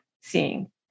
seeing